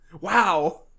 Wow